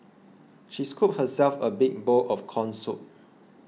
she scooped herself a big bowl of Corn Soup